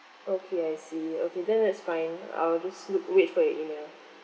okay I see okay then that's fine I will just look wait for your email